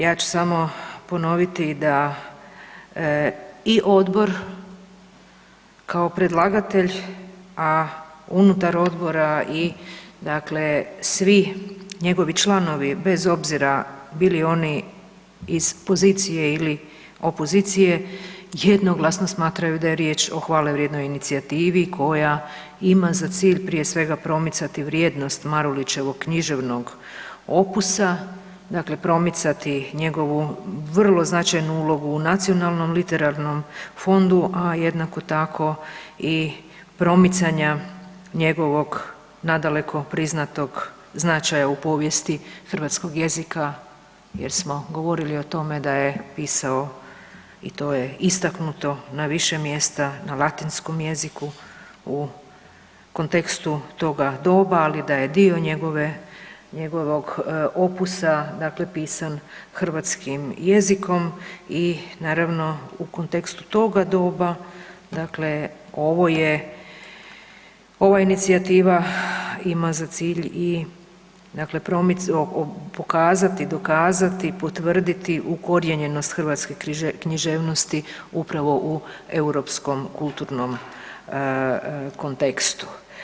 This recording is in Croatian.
Ja ću samo ponoviti da i odbor kao predlagatelj, a unutar odbora i svi njegovi članovi, bez obzira bili oni iz pozicije ili opozicije jednoglasno smatraju da je riječ o hvale vrijednoj inicijativi koja ima za cilj prije svega promicati vrijednost Marulićevog književnog opusa, dakle promicati njegovu vrlo značajnu ulogu u nacionalnom litoralnom fondu, a jednako tako i promicanja njegovog nadaleko priznatog značaja u povijesti hrvatskog jezika jer smo govorili o tome da je pisao i to je istaknuto na više mjesta na latinskom jeziku u kontekstu toga doba, ali da je dio njegovog opusa pisan hrvatskim jezikom i naravno u kontekstu toga doba dakle ova inicijativa ima za cilj pokazati i dokazati, potvrditi ukorijenjenost hrvatske književnosti upravo u europskom kulturnom kontekstu.